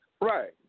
Right